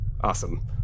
Awesome